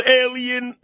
alien